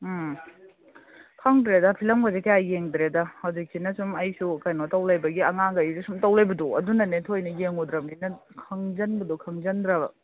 ꯎꯝ ꯈꯪꯗ꯭ꯔꯦꯗ ꯐꯤꯂꯝꯒꯁꯦ ꯀꯌꯥ ꯌꯦꯡꯗ꯭ꯔꯦꯗ ꯍꯧꯖꯤꯛꯁꯤꯅ ꯁꯨꯝ ꯑꯩꯁꯨ ꯀꯩꯅꯣ ꯇꯧ ꯂꯩꯕꯒꯤ ꯑꯉꯥꯡꯈꯩꯒ ꯁꯨꯝ ꯇꯧ ꯂꯩꯕꯗꯣ ꯑꯗꯨꯅꯅꯦ ꯊꯣꯏꯅ ꯌꯦꯡꯉꯨꯗ꯭ꯔꯃꯤꯅ ꯈꯪꯖꯟꯕꯗꯣ ꯈꯪꯖꯟꯗ꯭ꯔꯕ